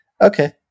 Okay